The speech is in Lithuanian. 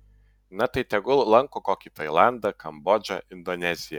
na tai tegul lanko kokį tailandą kambodžą indoneziją